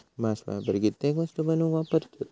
bast fibre कित्येक वस्तू बनवूक वापरतत